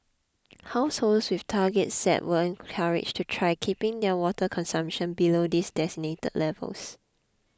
households with targets set were encouraged to try keeping their water consumption below these designated levels